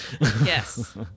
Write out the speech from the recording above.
Yes